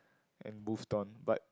and moved on but